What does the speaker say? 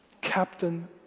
Captain